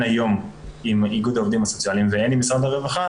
היום עם איגוד העובדים הסוציאליים והן עם משרד הרווחה,